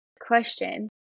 question